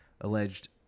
alleged